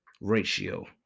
ratio